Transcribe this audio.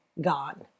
gone